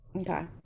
okay